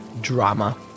Drama